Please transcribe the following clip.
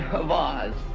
of oz.